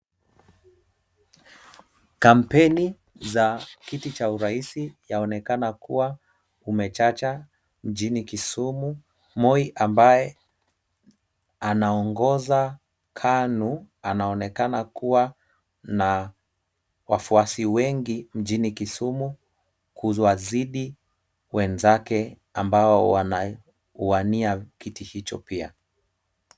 Kampeni za kiti cha uraisi yaonekana kuwa umechacha mjini Kisumu. Moi ambaye anaongoza KANU, anaonekana kuwa na wafuasi wengi mjini Kisumu, kuwazidi wenzake ambao wanawania kiti hicho pia.